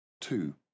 Two